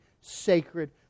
sacred